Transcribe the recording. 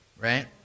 right